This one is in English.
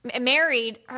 married